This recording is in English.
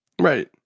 Right